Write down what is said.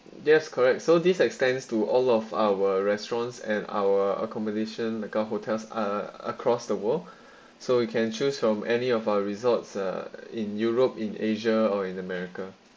yes correct so this extends to all of our restaurants and our accommodation like our hotels uh across the world so you can choose from any of our resorts are in europe in asia or in america